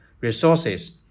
resources